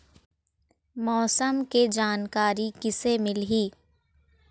मौसम के जानकारी किसे मिलही?